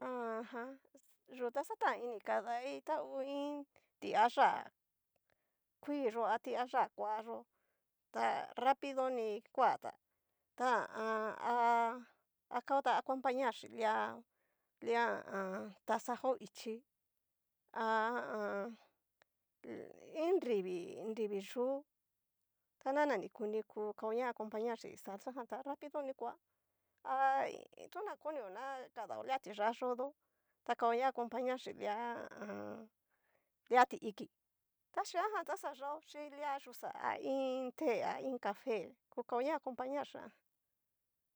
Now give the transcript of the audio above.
Ajan yu ta xatanini kadai tangu iin tiayá kui yo'o, a tiayá kua yo'o, ta rapidoni kuata, ta ha a an akaota acompañar xin lia, lia ha a an. taxajo ichí, ha a an. iin nrivi, nrivi yú, ta na nakuni ku kaoña acompañar xin salsajan ta rapido ni ku'a ha i tona kono na kadao lia tiyá yodo ta kaoña acompañar xín lia ha a an. lia ti iki, ta xian jan ta xa yaó xhin lia yuxa a iin té a iin café, ku kaoña acompañar xhin an jan.